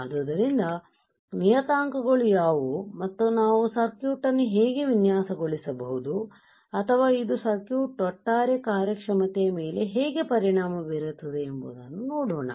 ಆದ್ದರಿಂದ ನಿಯತಾಂಕಗಳು ಯಾವುವು ಮತ್ತು ನಾವು ಸರ್ಕ್ಯೂಟ್ ಅನ್ನು ಹೇಗೆ ವಿನ್ಯಾಸಗೊಳಿಸಬಹುದು ಅಥವಾ ಇದು ಸರ್ಕ್ಯೂಟ್ ನ ಒಟ್ಟಾರೆ ಕಾರ್ಯಕ್ಷಮತೆಯ ಮೇಲೆ ಹೇಗೆ ಪರಿಣಾಮ ಬೀರುತ್ತದೆ ಎಂಬುದನ್ನು ನೋಡೋಣ